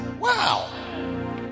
Wow